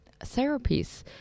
therapies